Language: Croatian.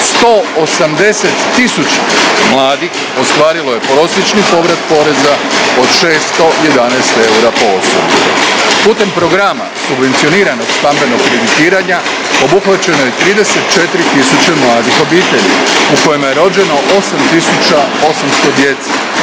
180 tisuća mladih ostvarilo je prosječni povrat poreza od 611 eura po osobi. Putem programa subvencioniranog stambenog kreditiranja obuhvaćeno je 34 tisuće mladih obitelji, u kojima je rođeno 8.800 djece